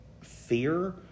fear